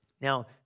Now